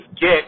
get